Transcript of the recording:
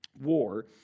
war